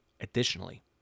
additionally